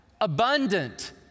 abundant